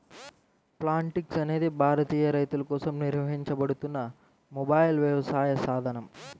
Plantix అనేది భారతీయ రైతులకోసం నిర్వహించబడుతున్న మొబైల్ వ్యవసాయ సాధనం